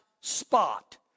spot